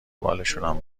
بالشونم